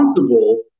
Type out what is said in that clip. responsible